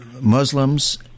Muslims